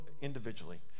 individually